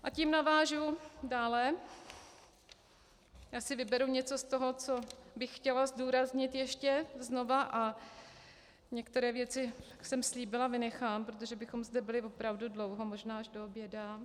A tím navážu dále, vyberu si něco z toho, co bych chtěla zdůraznit ještě znovu, a některé věcí jsem slíbila, vynechám, protože bychom zde byli opravdu dlouho, možná až do oběda.